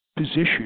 Position